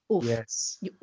yes